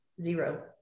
zero